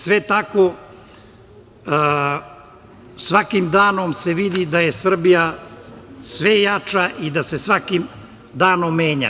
Svakim danom se vidi da je Srbija sve jača i da se svakim danom menja.